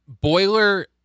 Boiler